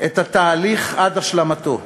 את התהליך עד השלמתו,